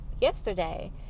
yesterday